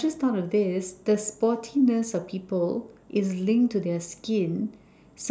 I just thought of this the sportiness of people is linked to their skin